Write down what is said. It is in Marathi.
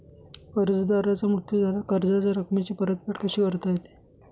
कर्जदाराचा मृत्यू झाल्यास कर्जाच्या रकमेची परतफेड कशी करता येते?